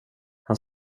han